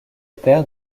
père